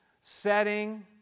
setting